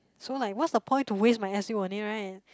so like what's the point to waste my s_u on it right